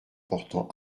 portant